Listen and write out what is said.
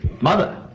Mother